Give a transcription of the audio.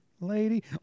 lady